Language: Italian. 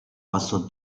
passò